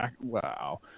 Wow